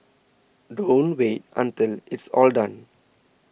don't wait until it's all done